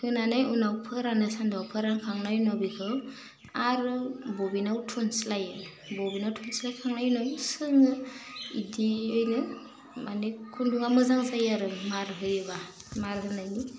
होनानै उनाव फोराननो सान्दुङाव फोरानखांनायनि उनाव बेखौ आरो बबिनाव थुनज्लायो बबिनाव थुनज्लायखांनायनि उनाव सोङो इदियैनो मानि खुन्दुङा मोजां जायो आरो मार होयोबा मार होनायनि